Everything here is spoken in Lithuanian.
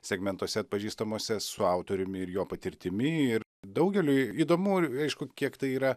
segmentuose atpažįstamuose su autoriumi ir jo patirtimi ir daugeliui įdomu aišku kiek tai yra